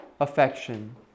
affection